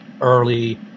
early